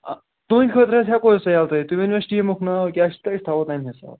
آ تُہٕنٛدۍ خٲطرٕ حظ ہٮ۪کو أسۍ سُہ یَلہٕ ترٛٲوِتھ تُہۍ ؤنِو اَسہِ ٹیٖمُک ناو کیٛاہ چھُ تہٕ أسۍ تھاوَو تَمۍ حساب